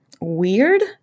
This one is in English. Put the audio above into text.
weird